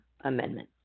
amendment